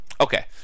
Okay